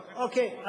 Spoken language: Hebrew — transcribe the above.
אוקיי.